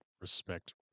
respect